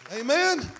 Amen